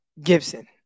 Gibson